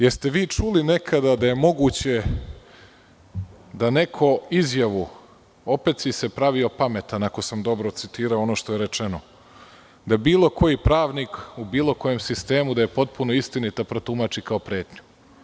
Da li ste vi čuli nekada da je moguće da neko izjavu „opet si se pravio pametan“, ako sam dobro citirao ono što je rečeno, da bilo koji pravnik, u bilo kojem sistemu, da je potpuno istinito protumači kao pretnju?